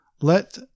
let